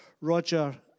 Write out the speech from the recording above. Roger